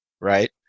right